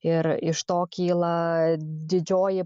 ir iš to kyla didžioji